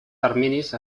terminis